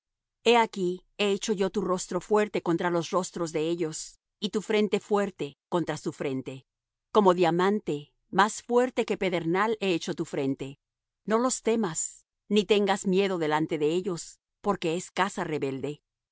he aquí he hecho yo tu rostro fuerte contra los rostros de ellos y tu frente fuerte contra su frente como diamante más fuerte que pedernal he hecho tu frente no los temas ni tengas miedo delante de ellos porque es casa rebelde